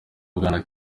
bwana